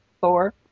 Thor